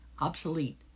obsolete